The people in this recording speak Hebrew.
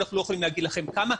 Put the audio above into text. אנחנו לא יכולים להגיד לכם כמה,